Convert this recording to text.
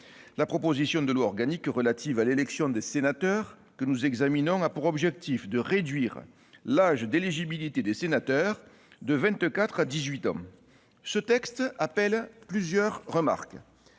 La proposition de loi organique relative à l'élection des sénateurs que nous examinons a pour objet de réduire l'âge d'éligibilité des sénateurs de vingt-quatre à dix-huit ans. Ce texte appelle plusieurs remarques.